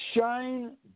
shine